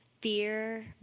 fear